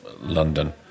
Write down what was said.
London